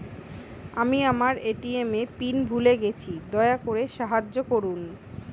আমি আমার ATM pin ভুলে গেছি, দয়া করে সাহায্য করুন